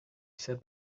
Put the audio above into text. said